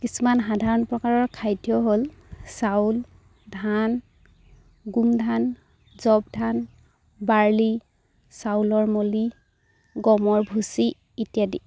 কিছুমান সাধাৰণ প্ৰকাৰৰ খাদ্য হ'ল চাউল ধান গোমধান জৱ ধান বাৰ্লি চাউলৰ মলি গমৰ ভুচি ইত্যাদি